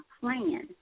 plan